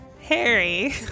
Harry